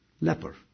leper